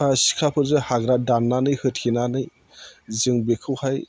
सिखाफोरजों हाग्रा दाननानै होथेनानै जों बेखौहाय